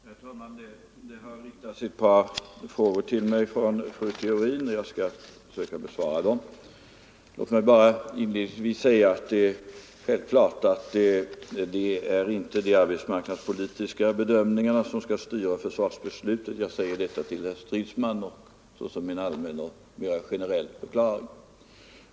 Herr talman! Det har riktats ett par frågor till mig från fru Theorin, och jag skall försöka besvara dem. Låt mig bara inledningsvis säga att det är självklart att det inte är de arbetsmarknadspolitiska bedömningarna som skall styra försvarsbesluten. Jag säger detta till herr Strindberg såsom en allmän och generell förklaring.